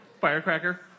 Firecracker